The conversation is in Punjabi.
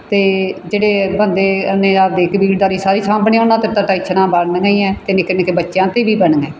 ਅਤੇ ਜਿਹੜੇ ਬੰਦੇ ਨੇ ਆਪਣੀ ਕਬੀਲਦਾਰੀ ਸਾਰੀ ਸਾਂਭਣੀ ਹੈ ਉਹਨਾਂ 'ਤੇ ਤਾਂ ਟੈਸ਼ਨਾਂ ਬਣਨੀਆਂ ਹੀ ਹੈ ਅਤੇ ਨਿੱਕੇ ਨਿੱਕੇ ਬੱਚਿਆਂ 'ਤੇ ਵੀ ਬਣੀਆਂ